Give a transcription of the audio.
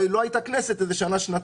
לא הייתה כנסת שנה-שנתיים.